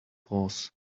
pause